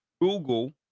Google